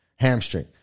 hamstring